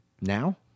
Now